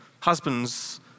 Husbands